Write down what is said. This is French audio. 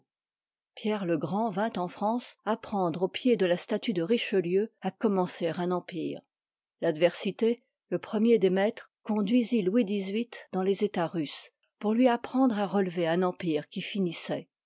pierre-le-grand vint en france apprendre au pied de la statue de richelieu à commencer un empire l'adversité le premier des maîtres conduisit louis xviii dans les etats russes pour lui apprendre à relever un empire qui fmissoit